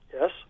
Yes